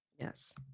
Yes